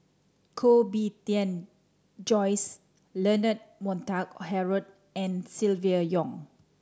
Koh Bee Tuan Joyce Leonard Montague Harrod and Silvia Yong